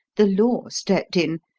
the law stepped in,